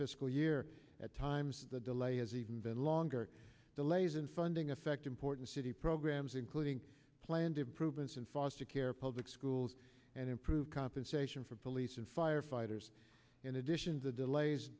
fiscal year at times the delay has even been longer delays in funding affect important city programs including planned improvements in foster care public schools and improved compensation police and firefighters in addition to delays